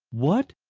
what!